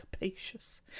Capacious